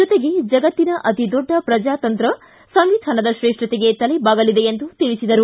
ಜೊತೆಗೆ ಜಗತ್ತಿನ ಅತಿದೊಡ್ಡ ಪ್ರಜಾತಂತ್ರ ಸಂವಿಧಾನದ ತ್ರೇಷ್ಠತೆಗೆ ತಲೆಬಾಗಲಿದೆ ಎಂದು ತಿಳಿಸಿದರು